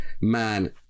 man